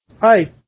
Hi